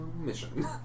Mission